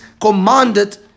commanded